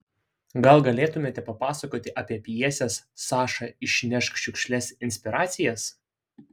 gal galėtumėte papasakoti apie pjesės saša išnešk šiukšles inspiracijas